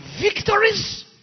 victories